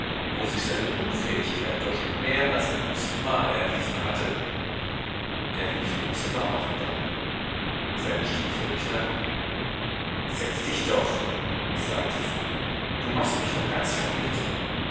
wo sich seine unfähigkeit doch schon mehr als ein dutzendmal erwiesen hatte er lief im zimmer auf und ab seine stiefel knarrten setz dich doch sagte sie du machst mich noch ganz verrückt